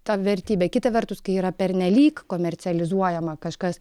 tą vertybę kita vertus kai yra pernelyg komercializuojama kažkas